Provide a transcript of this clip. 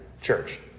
church